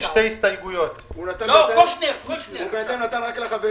כיוון שמה שמוצע כאן עכשיו מתבסס על מדדים שהחקיקה ממילא